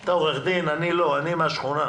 אתה עורך דין, אני לא, אני מהשכונה.